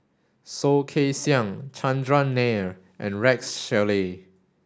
Soh Kay Siang Chandran Nair and Rex Shelley